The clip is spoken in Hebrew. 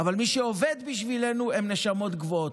אבל מי שעובד בשבילנו הם נשמות גבוהות.